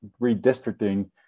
redistricting